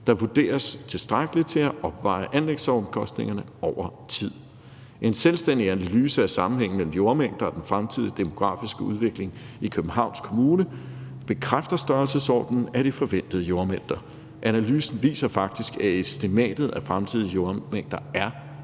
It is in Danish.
der vurderes at være tilstrækkelig til at opveje anlægsomkostningerne over tid. En selvstændig analyse af sammenhængen mellem jordmængder og den fremtidige demografiske udvikling i København Kommune bekræfter størrelsesordenen af de forventede jordmængder. Analysen viser faktisk, at estimatet af fremtidige jordmængder er